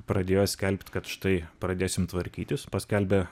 pradėjo skelbt kad štai pradėsim tvarkytis paskelbė